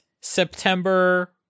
September